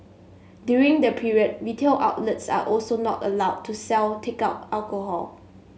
during the period retail outlets are also not allowed to sell takeout alcohol